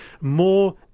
more